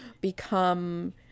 become